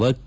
ವಕ್ತ್